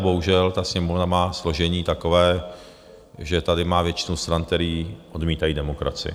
Bohužel Sněmovna má složení takové, že tady má většinu stran, které odmítají demokracii.